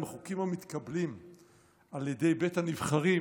אם החוקים המתקבלים על ידי בית הנבחרים,